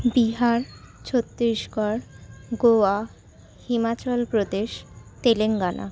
Bihar Chhattisgarh Goa Himachal Pradesh Telangana